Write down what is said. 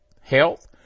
health